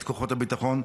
את כוחות הביטחון,